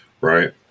right